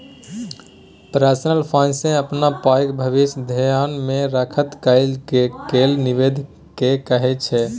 personal finance अपन पाइके भबिस धेआन मे राखैत कएल गेल निबेश केँ कहय छै